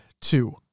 two